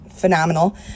Phenomenal